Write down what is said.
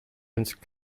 vince